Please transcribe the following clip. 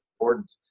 important